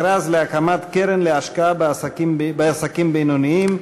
מכרז להקמת קרן להשקעה בעסקים בינוניים.